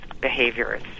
behaviors